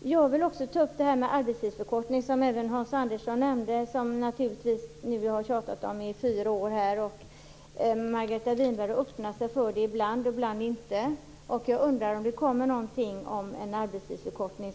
Jag vill också ta upp frågan om arbetstidsförkortning, som även Hans Andersson nämnde. Det är någonting som vi har tjatat om i fyra år här. Margareta Winberg är öppen för det ibland och ibland inte. Jag undrar om det kommer något förslag om en arbetstidsförkortning.